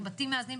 בתים מאזנים,